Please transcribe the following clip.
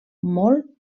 molt